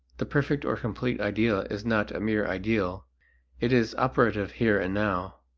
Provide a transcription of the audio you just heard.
the perfect or complete ideal is not a mere ideal it is operative here and now.